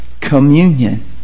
Communion